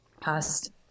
past